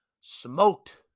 smoked